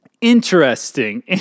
Interesting